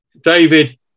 David